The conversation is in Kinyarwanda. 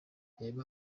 reba